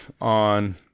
on